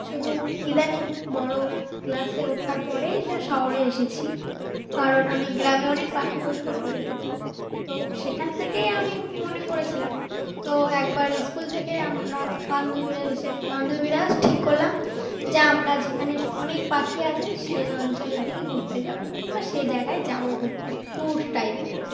শুধু ইদানিং বড়ো ক্লাসে ওঠার পরেই যা শহরে এসেছি কারণ আমি গ্রামে অনেক পাখি পশু পাখি দেখেছি তো সেখান থেকেই আমি মনে করেছিলাম তো একবার স্কুল থেকে আমরা বান্ধবীরা হিসেব বান্ধবীরা ঠিক করলাম যা আমরা যেখানে অনেক পাখি আছে সে অঞ্চলের দিকে ঘুরতে যাবো কিংবা সেই জায়গায় যাবো ঘুরতে ট্যুর টাইপের করব